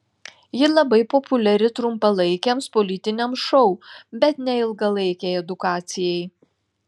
ji labai populiari trumpalaikiams politiniams šou bet ne ilgalaikei edukacijai